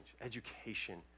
education